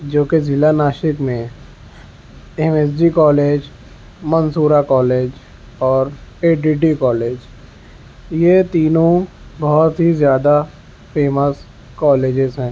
جوکہ ضلع ناسک میں ہے M S G college Mansoora college اور اے ڈی ٹی کالج یہ تینوں بہت ہی زیادہ فیمس کالجز ہیں